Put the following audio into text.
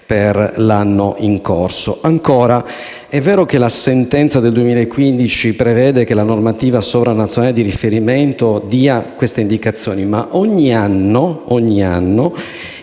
per l'anno in corso. Ancora, è vero che la sentenza del 2015 prevede che la normativa sovranazionale di riferimento dia queste indicazioni, ma ogni anno